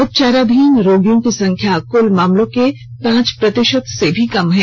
उपचाराधीन रोगियों की संख्या कूल मामलों के पांच प्रतिशत से भी कम है